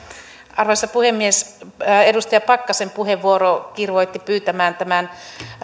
arvoisa puhemies edustaja pakkasen puheenvuoro kirvoitti pyytämään tämän